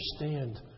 understand